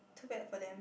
too bad for them